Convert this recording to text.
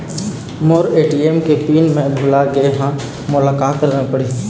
मोर ATM के pin मैं भुला गैर ह, मोला का करना पढ़ही?